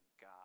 God